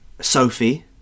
sophie